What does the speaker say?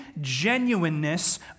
genuineness